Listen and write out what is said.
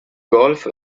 golf